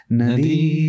nadi